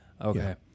Okay